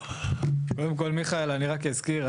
קודם כל מיכאל אני רק אזכיר,